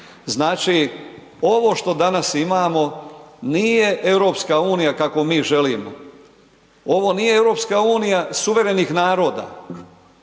Znači, ovo što danas imamo nije EU kakvu mi želimo, ovo nije EU suverenih naroda,